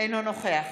אינו נוכח